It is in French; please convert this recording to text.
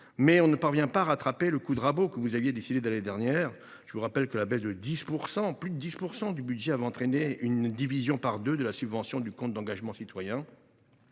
mais on ne parvient pas à rattraper le coup de rabot que vous avez décidé l’année dernière. Je vous rappelle que la baisse de 10,6 % de ce budget a entraîné une division par deux de la subvention du compte d’engagement citoyen.